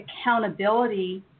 accountability